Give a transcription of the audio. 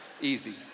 Easy